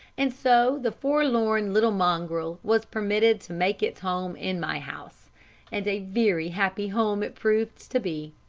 and so the forlorn little mongrel was permitted to make its home in my house and a very happy home it proved to be.